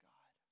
God